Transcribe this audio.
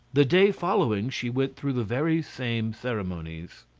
the day following she went through the very same ceremonies.